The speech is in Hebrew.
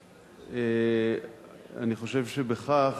אני חושב שבכך